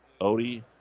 Odie